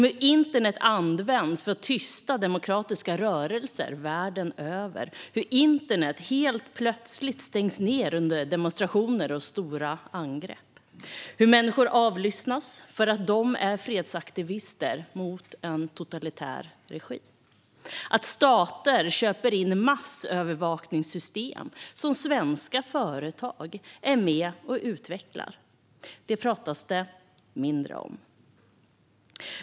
Hur internet används för att tysta demokratiska rörelser världen över, hur internet helt plötsligt stängs ned under demonstrationer och stora angrepp, hur människor avlyssnas för att de är fredsaktivister mot en totalitär regim och att stater köper in massövervakningssystem som svenska företag är med och utvecklar - detta pratas det mindre om.